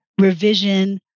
revision